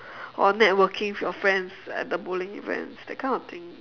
or networking with your friends at the bowling events that kind of thing